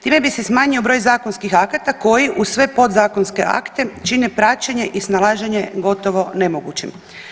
Time bi se smanjio broj zakonskih akata koji uz sve podzakonske akte čine praćenje i snalaženje gotovo nemogućim.